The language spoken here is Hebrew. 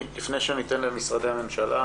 לפני שאתן את רשות הדיבור למשרדי הממשלה,